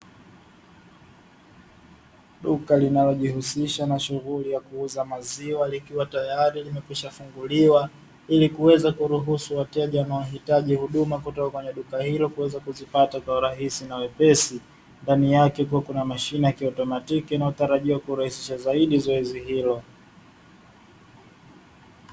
Duka linalojihusisha na shughuli ya kuuza maziwa likiwa tayari limekwishafunguliwa, ili kuweza kuruhusu wateja wanaohitaji huduma kutoka kwenye duka hilo kuweza kuzipata kwa urahisi na wepesi; ndani yake kuwa kuna mashine ya kiautomatiki inayotarajiwa kurahisisha zaidi zoezi hilo.